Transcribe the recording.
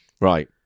Right